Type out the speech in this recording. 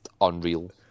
unreal